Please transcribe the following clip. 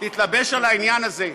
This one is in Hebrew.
תתלבש על העניין הזה.